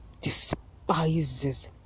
despises